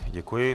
Děkuji.